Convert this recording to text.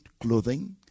clothing